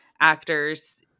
actors